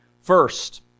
First